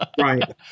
right